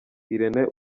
irene